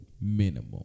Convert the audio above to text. minimum